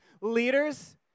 leaders